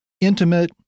intimate